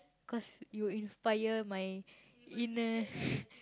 cause you inspire my inner